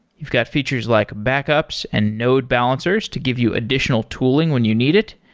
you've got features like backups and node balancers to give you additional tooling when you need it.